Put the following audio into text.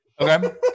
Okay